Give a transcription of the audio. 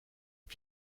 heb